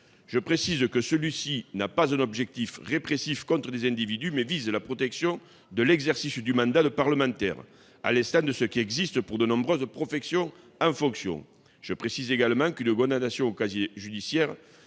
Je précise que celui-ci n'a pas un objectif répressif contre les individus, mais qu'il vise la protection de l'exercice du mandat de parlementaire, à l'instar de ce qui existe dans de nombreuses professions ou fonctions. Je précise également que la mention d'une condamnation figurant au casier judiciaire